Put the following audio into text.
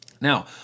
Now